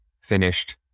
finished